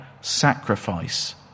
sacrifice